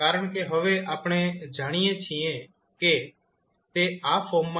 કારણ કે હવે આપણે જાણીએ છીએ કે તે આ ફોર્મમાં ડિકોમ્પોઝ થઈ ગયું છે